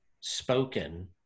spoken